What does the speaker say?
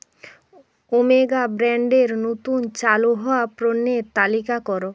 omega ব্র্যান্ডের নতুন চালু হওয়া পণ্যের তালিকা করো